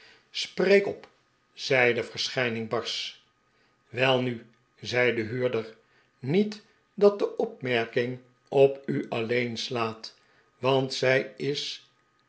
spreek op zei de verschijning barsch welnu zei de huurder niet dat de opmerking op u alleen slaat want zij is